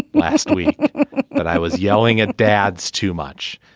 last week that i was yelling at dads too much.